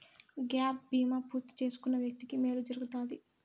gap బీమా పూర్తి చేసుకున్న వ్యక్తికి మేలు జరుగుతాది